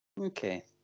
Okay